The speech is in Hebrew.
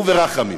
הוא ורחמים.